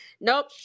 Nope